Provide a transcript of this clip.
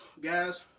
guys